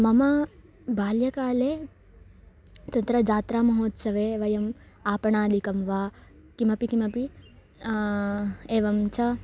मम बाल्यकाले तत्र जात्रा महोत्सवे वयम् आपणादिकं वा किमपि किमपि एवं च